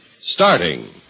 starting